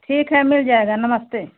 ठीक है मिल जाएगा नमस्ते